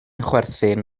chwerthin